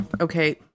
Okay